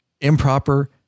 improper